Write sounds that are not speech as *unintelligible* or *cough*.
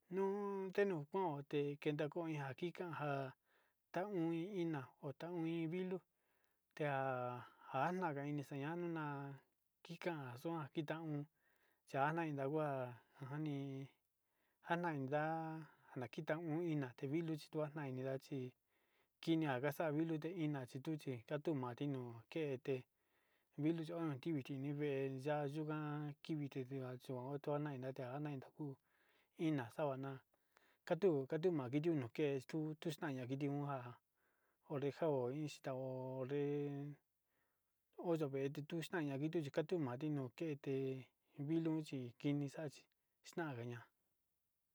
Nuu teno'o kote tekenda kika kii kanja, taon iin iná o taon iin vilu *unintelligible* ha nagaga ini tana xañuani na'a kikana xuan kita uun chakuan inda kuan xakani njana iinda kita o'on iná te vilo kua xataini vindua chí tinia vaxa'a vilu kuia ina kaxituchi atuu manu vilo, konkete vilo yo'o antivite ni vée ya'a yikuan kivite yuan chón otona tenda tenjana kuito uu ina sabana katu katima kuinono ke'e estunio xana tiuja orenjao iin xuteo ole oxteo vete tuix nai ita vite tute nuati no'o kete iin vilu chi kinixachi kinagaña.